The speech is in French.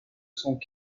sont